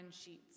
Sheets